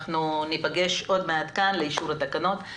ניפגש עוד מעט כאן לאישור התקנות.